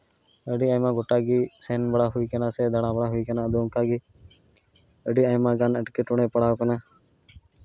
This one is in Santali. ᱟᱹᱰᱤ ᱟᱭᱢᱟ ᱜᱚᱴᱟ ᱜᱮ ᱥᱮᱱ ᱵᱟᱲᱟ ᱦᱳᱭ ᱠᱟᱱᱟ ᱥᱮ ᱫᱟᱲᱟᱵᱟᱲᱟ ᱦᱳᱭ ᱠᱟᱱᱟ ᱟᱫᱚ ᱚᱱᱠᱟᱜᱮ ᱟᱹᱰᱤ ᱟᱭᱢᱟ ᱜᱟᱱ ᱮᱴᱠᱮᱴᱚᱬᱮ ᱯᱟᱲᱟᱣ ᱠᱟᱱᱟ